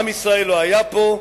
עם ישראל לא היה פה,